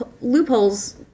loopholes